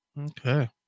Okay